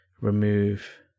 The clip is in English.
remove